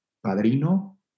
padrino